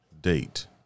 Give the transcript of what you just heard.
Date